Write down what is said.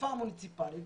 החלופה המוניציפלית